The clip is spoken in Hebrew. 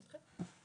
אני אתכם.